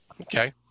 Okay